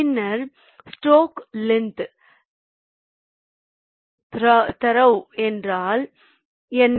பின்னர் stroke length throw என்றால் என்ன